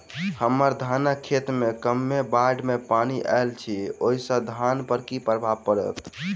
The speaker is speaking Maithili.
हम्मर धानक खेत मे कमे बाढ़ केँ पानि आइल अछि, ओय सँ धान पर की प्रभाव पड़तै?